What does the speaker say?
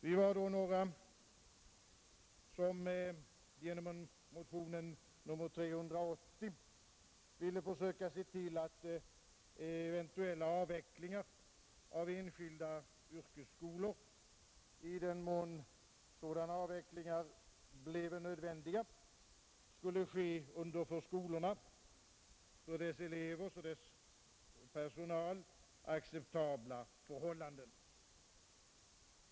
Vi var då några som genom motionen 380 ville försöka se till att eventuella avvecklingar av enskilda yrkesskolor, i den mån sådana bleve nödvändiga, skulle ske under för skolorna, deras elever och deras personal acceptabla förhållanden.